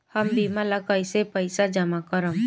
हम बीमा ला कईसे पईसा जमा करम?